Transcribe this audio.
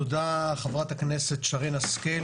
חברת הכנסת שרן השכל,